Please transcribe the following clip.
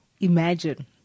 imagine